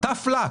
Tough luck,